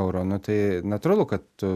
eurą nu tai natūralu kad tu